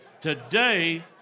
today